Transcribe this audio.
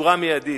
בצורה מיידית.